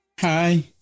Hi